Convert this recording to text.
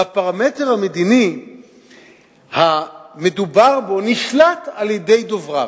והפרמטר המדיני המדובר בו, נשלט על-ידי דובריו,